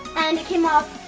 and it came off,